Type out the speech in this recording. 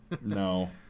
No